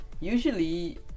usually